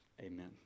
amen